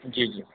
जी जी